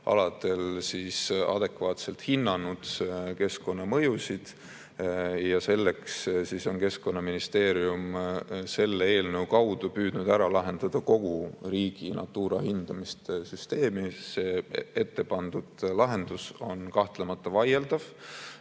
aladel adekvaatselt hinnanud keskkonnamõjusid. Ja selleks siis on Keskkonnaministeerium selle eelnõu kaudu püüdnud ära lahendada kogu riigi Natura hindamist süsteemis. Ettepandud lahendus on kahtlemata vaieldav.